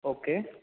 okay